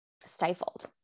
stifled